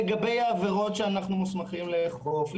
לגבי העבירות שאנו מוסמכים לאכוף,